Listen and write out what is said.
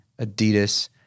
Adidas